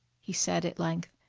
he said at length,